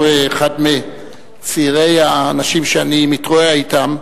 אחד מצעירי האנשים שאני מתרועע אתם,